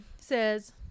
says